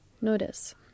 notice